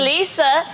Lisa